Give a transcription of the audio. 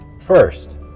first